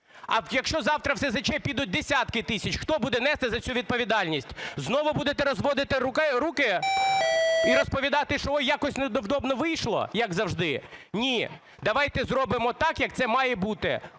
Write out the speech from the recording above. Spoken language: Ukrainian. А якщо завтра в СЗЧ підуть десятки тисяч, хто буде нести за це відповідальність? Знову будете розводити руки і розповідати, що, ой, якось невдобно вийшло, як завжди. Ні, давайте зробимо так, як це має бути,